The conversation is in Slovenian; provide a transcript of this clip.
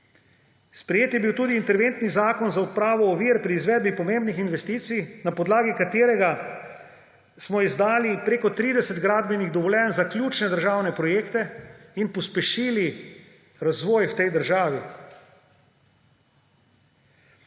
Sprejet je bil tudi interventni zakon za odpravo ovir pri izvedbi pomembnih investicij, na podlagi katerega smo izdali več kot 30 gradbenih dovoljenj za ključne državne projekte in pospešili razvoj v tej državi.